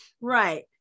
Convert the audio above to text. Right